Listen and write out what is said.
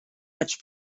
much